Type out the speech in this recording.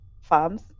farms